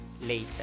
later